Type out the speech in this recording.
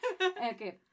Okay